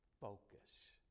focus